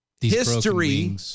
history